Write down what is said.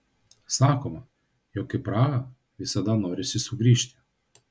sakoma jog į prahą visada norisi sugrįžti